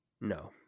No